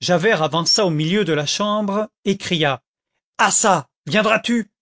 javert avança au milieu de la chambre et cria ah çà viendras-tu